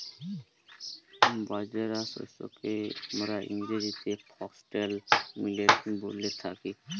বাজরা শস্যকে হামরা ইংরেজিতে ফক্সটেল মিলেট ব্যলে থাকি